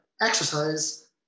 exercise